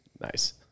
nice